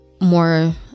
more